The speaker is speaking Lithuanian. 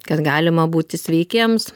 kad galima būti sveikiems